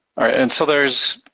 and so there's,